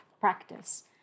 practice